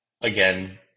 again